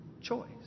choice